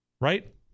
right